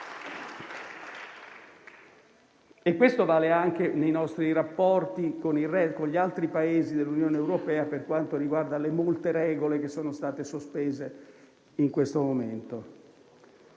Questo vale anche nei nostri rapporti con gli altri Paesi dell'Unione europea per quanto riguarda le molte regole che sono state sospese in questo momento.